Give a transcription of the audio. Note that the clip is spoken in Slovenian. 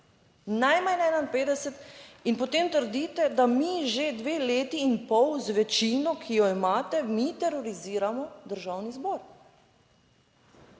najmanj 51. In potem trdite, da mi že dve leti in pol, z večino, ki jo imate, mi teroriziramo Državni zbor.